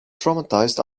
traumatized